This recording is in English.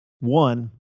One